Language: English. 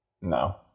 No